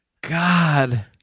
God